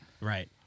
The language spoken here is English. Right